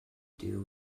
duo